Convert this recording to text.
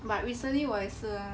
but recently 我也是 ah